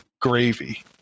gravy